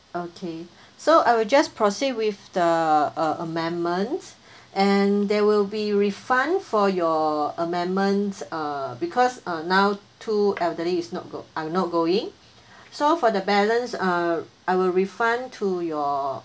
okay so I will just proceed with the uh amendments and there will be refund for your amendments uh because uh now two elderly is not go are not going so for the balance uh I will refund to your